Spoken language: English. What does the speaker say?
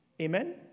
Amen